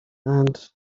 and